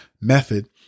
method